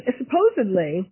supposedly